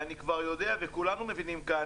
ואני כבר יודע וכולנו מבינים כאן,